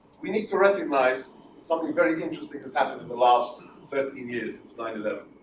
we need to recognize something very interesting has happened in the last thirteen years since nine eleven.